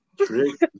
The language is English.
Trick